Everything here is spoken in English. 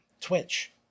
Twitch